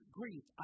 grief